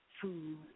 food